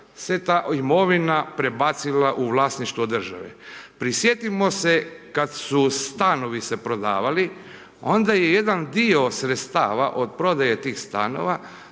se ta imovina prebacila u vlasništvo države. Prisjetimo se kad su stanovi se prodavali onda je jedan dio sredstava od prodaje tih stanova